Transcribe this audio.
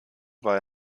war